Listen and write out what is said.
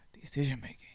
decision-making